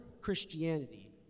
Christianity